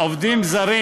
עובדים זרים